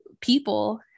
people